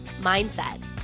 mindset